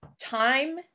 time